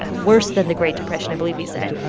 ah worse than the great depression, i believe he said.